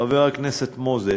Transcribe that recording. חבר הכנסת מוזס,